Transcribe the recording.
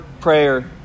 prayer